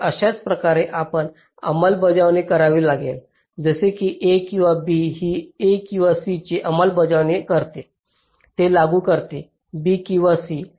तर अशाच प्रकारे आपण अंमलबजावणी करावी लागेल जसे की a किंवा b ही a किंवा c ची अंमलबजावणी करते हे लागू करते b किंवा c